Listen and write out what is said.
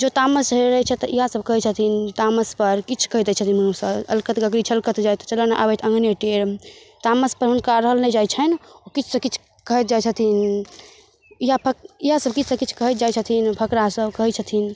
जँ तामस चढ़ै छै तऽ ईएह सब कहै छथिन तामसपर किछु कहि दै छथिन मुँहसँ अलकत गगरी छलकत जाइ तऽ चलऽ ने आबय तऽ अङ्गने टेढ़ तामसपर हुनका रहल नहि जाइ छनि किछुसँ किछु कहैत जाइ छथिन इएहपर इएह सब किछु सँ किछु कहैत जाइ छथिन फकरा सब कहै छथिन